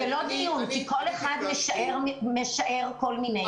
דיון כי כל אחד משער כל מיני.